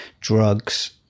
drugs